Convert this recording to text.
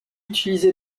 utilisé